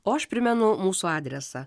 o aš primenu mūsų adresą